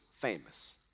famous